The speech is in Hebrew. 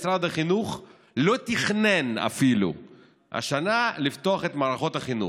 משרד החינוך אפילו לא תכנן השנה לפתוח את מערכות החינוך.